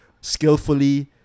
skillfully